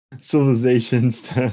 civilizations